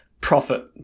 profit